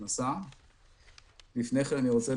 אני רוצה